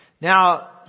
now